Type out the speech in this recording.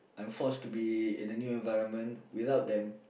I'm forced to be in a new environment without them